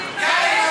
תתבייש לך,